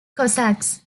cossacks